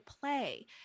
play